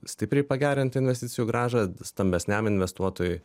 stipriai pagerinti investicijų grąžą stambesniam investuotojui